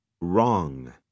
wrong